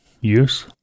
use